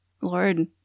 Lord